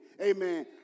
Amen